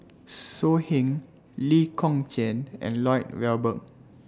So Heng Lee Kong Chian and Lloyd Valberg